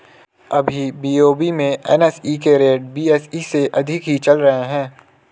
अभी बी.ओ.बी में एन.एस.ई के रेट बी.एस.ई से अधिक ही चल रहे हैं